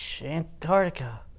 Antarctica